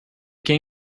can